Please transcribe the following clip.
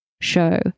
show